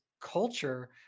culture